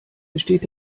besteht